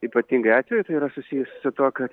ypatingai atveju yra susijusi su tuo kad